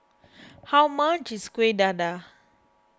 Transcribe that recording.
how much is Kuih Dadar